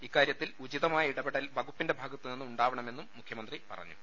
ഇക്കാരൃത്തിൽ ഉചിതമായ ഇടപെടൽ വകുപ്പിന്റെ ഭാഗത്ത് നിന്ന് ഉണ്ടാവണമെന്നും മുഖ്യമന്ത്രി പറഞ്ഞു